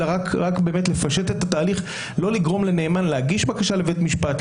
אלא רק לפשט את התהליך ולא לגרום לנאמן להגיש בקשה לבין משפט,